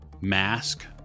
mask